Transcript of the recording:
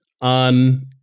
on